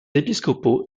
épiscopaux